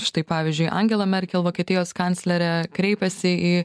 štai pavyzdžiui angela merkel vokietijos kanclerė kreipiasi į